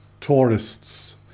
tourists